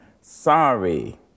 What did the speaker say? sorry